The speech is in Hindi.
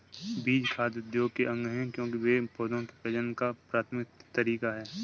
बीज खाद्य उद्योग के अंग है, क्योंकि वे पौधों के प्रजनन का प्राथमिक तरीका है